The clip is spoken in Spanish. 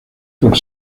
por